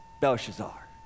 Belshazzar